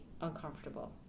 uncomfortable